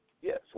Yes